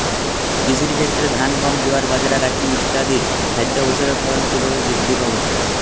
কৃষির ক্ষেত্রে ধান গম জোয়ার বাজরা রাগি ইত্যাদি খাদ্য ফসলের ফলন কীভাবে বৃদ্ধি পাবে?